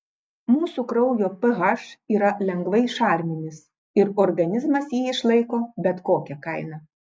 mūsų kraujo ph yra lengvai šarminis ir organizmas jį išlaiko bet kokia kaina